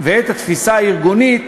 ותפיסה ארגונית